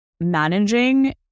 managing